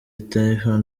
typhoon